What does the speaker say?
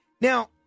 Now